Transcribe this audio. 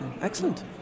Excellent